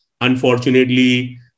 unfortunately